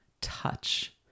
touch